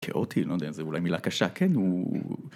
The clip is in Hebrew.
‫כאותי, לא יודע, זה אולי מילה קשה. ‫כן, הוא...